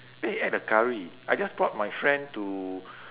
then you add the curry I just brought my friend to